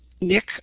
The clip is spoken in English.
Nick